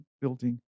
building